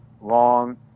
long